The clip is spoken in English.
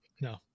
No